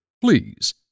please